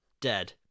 Dead